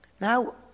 Now